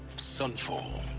sunfall.